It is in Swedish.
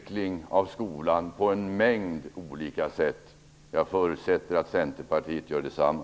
Herr talman! Vi diskuterar utveckling av skolan på en mängd olika sätt. Jag förutsätter att Centerpartiet gör detsamma.